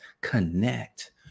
connect